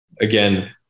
again